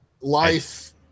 life